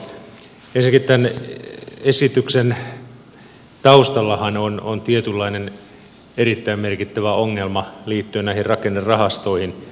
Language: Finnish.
ensinnäkin tämän esityksen taustallahan on tietynlainen erittäin merkittävä ongelma liittyen näihin rakennerahastoihin